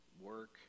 work